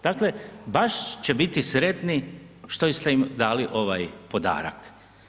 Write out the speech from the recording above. Dakle, baš će biti sretni što ste im dali ovaj podarak.